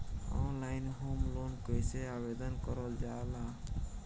Online home loan कैसे आवेदन करल जा ला?